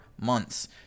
months